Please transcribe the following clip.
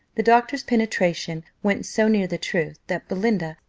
the doctor's penetration went so near the truth, that belinda,